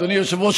אדוני היושב-ראש,